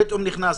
פתאום נכנס,